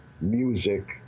music